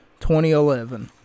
2011